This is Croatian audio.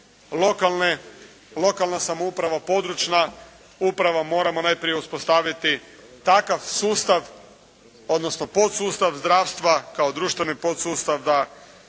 lokalna samouprava, područna uprava moramo uspostaviti takav sustav, odnosno podsustav zdravstva, društveni podsustav da on